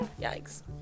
Yikes